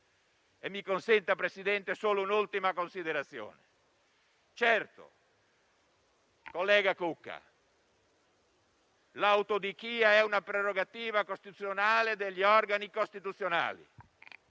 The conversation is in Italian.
Mi consenta, signor Presidente, solo un'ultima considerazione. Certo, collega Cucca, l'autodichia è una prerogativa costituzionale degli organi costituzionali;